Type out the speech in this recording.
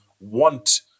want